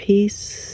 Peace